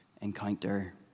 encounter